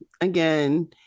again